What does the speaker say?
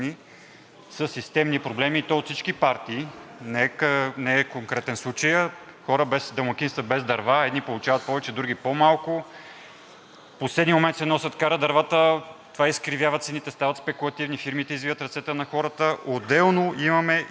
със системни проблеми. От всички партии са и не е конкретен случаят на домакинства без дърва, едни получават повече, други по-малко. В последния момент се карат дървата и това изкривява цените – стават спекулативни. Фирмите извиват ръцете на хората, а отделно имаме и